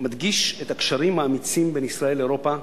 מדגיש את הקשרים האמיצים בין ישראל לאירופה,